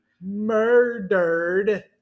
Murdered